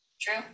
true